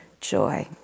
joy